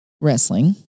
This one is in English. wrestling